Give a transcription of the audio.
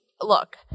Look